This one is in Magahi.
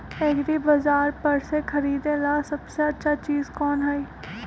एग्रिबाजार पर से खरीदे ला सबसे अच्छा चीज कोन हई?